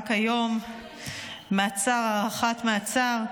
רק היום הארכת מעצר,